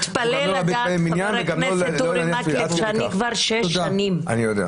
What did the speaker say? והוא גם לא ראוי למניין וגם לא --- עאידה תומא סלימאן (יו"ר